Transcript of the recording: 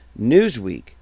Newsweek